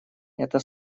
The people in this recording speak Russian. это